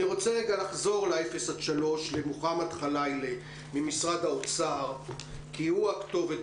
אני רוצה לחזור למוחמד חלילה ממשרד האוצר כי הוא הכתובת,